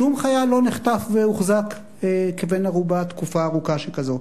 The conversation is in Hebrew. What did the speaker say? שום חייל לא נחטף והוחזק בן-ערובה תקופה ארוכה שכזאת.